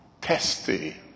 testy